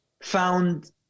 found